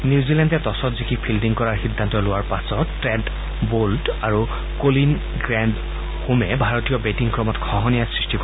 নিউজিলেণ্ডে টছত জিকি ফিল্ডিং কৰাৰ সিদ্ধান্ত লোৱাৰ পাছত ট্ৰেণ্ট বাউল্ট আৰু কোলিন গ্ৰেণ্ডহোমে ভাৰতীয় বেটিং ক্ৰমত খহনীয়াৰ সৃষ্টি কৰে